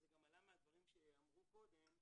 וזה גם עלה מהדברים שעלו קודם,